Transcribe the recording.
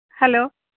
hello